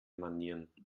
manieren